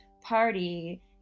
party